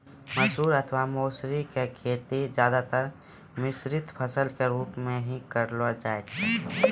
मसूर अथवा मौसरी के खेती ज्यादातर मिश्रित फसल के रूप मॅ हीं करलो जाय छै